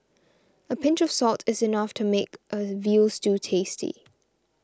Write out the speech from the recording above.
a pinch of salt is enough to make a Veal Stew tasty